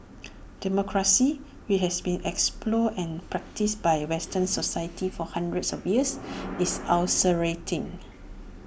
democracy which has been explored and practised by western societies for hundreds of years is ulcerating